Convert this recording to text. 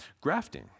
Grafting